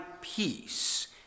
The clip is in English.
peace